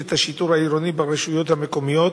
את השיטור העירוני ברשויות המקומיות,